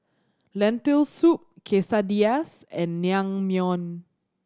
Lentil Soup Quesadillas and Naengmyeon